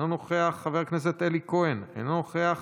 אינו נוכח, חבר הכנסת אלי כהן, אינו נוכח,